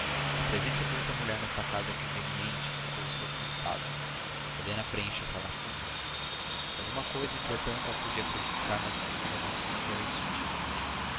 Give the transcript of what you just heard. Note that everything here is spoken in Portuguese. de outra mulher nesta casa é conveniente porque eu estou cansada helena preenche essa lacuna se alguma coisa entretanto a podia prejudicar nas nossas relações é esse dito